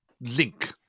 link